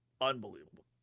Unbelievable